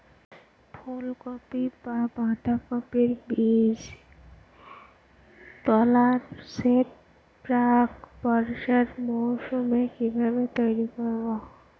ফুলকপি বা বাঁধাকপির বীজতলার সেট প্রাক বর্ষার মৌসুমে কিভাবে তৈরি করব?